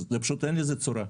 זה פשוט אין לזה צורה.